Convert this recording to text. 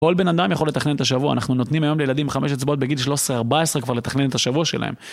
כל בן אדם יכול לתכנן את השבוע, אנחנו נותנים היום לילדים 5 אצבעות בגיל 13-14 כבר לתכנן את השבוע שלהם.